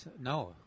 No